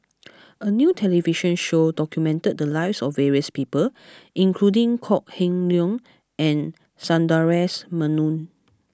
a new television show documented the lives of various people including Kok Heng Leun and Sundaresh Menon